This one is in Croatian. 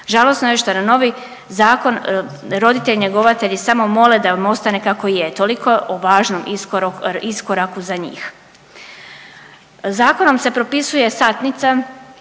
Žalosno je što na novi zakon roditelji-njegovatelji samo mole da im ostane kako je toliko o važnom iskoraku za njih. Zakonom se propisuje satnica